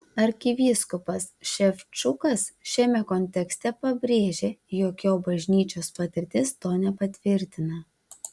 arkivyskupas ševčukas šiame kontekste pabrėžė jog jo bažnyčios patirtis to nepatvirtina